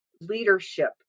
leadership